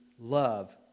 love